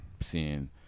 seeing